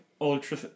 ultra